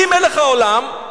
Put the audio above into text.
אני מלך העולם,